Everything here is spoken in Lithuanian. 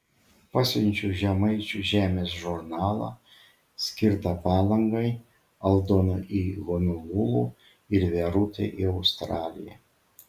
pasiunčiau žemaičių žemės žurnalą skirtą palangai aldonai į honolulu ir verutei į australiją